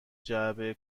جعبه